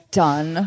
done